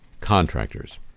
contractors